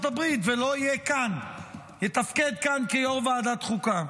הברית ולא יהיה לתפקד כאן כיושב-ראש ועדת חוקה.